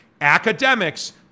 Academics